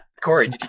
Corey